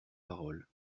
parole